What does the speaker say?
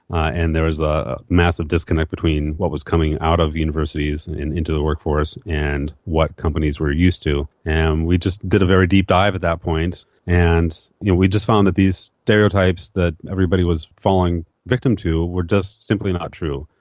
and there is a massive disconnect between what was coming out of universities and into the workforce and what companies were used to. and we just did a very deep dive at that point and you know we just found that these stereotypes that everybody was falling victim to were just simply not true.